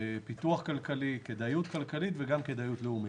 פיתוח כלכלי וכדאיות כלכלית ולאומית.